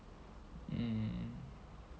um